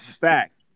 Facts